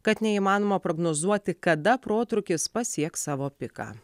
kad neįmanoma prognozuoti kada protrūkis pasieks savo piką